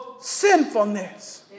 sinfulness